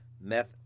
meth